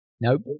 Nope